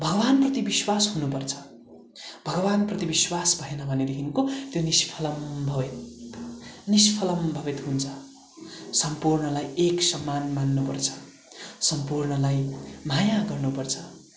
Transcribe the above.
भगवान्प्रति विश्वास हुनुपर्छ भगवान्प्रति विश्वास भएन भनेदेखिको त्यो निष्फलम् भवित् निष्फलम् भवित् हुन्छ सम्पूर्णलाई एक समान मान्नुपर्छ सम्पूर्णलाई माया गर्नुपर्छ